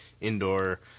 indoor